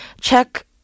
check